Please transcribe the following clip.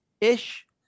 ish